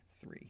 three